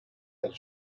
del